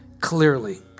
clearly